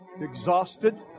exhausted